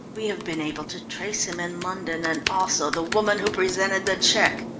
we have been able to trace him in london and also the woman who presented the cheque.